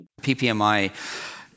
PPMI